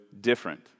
different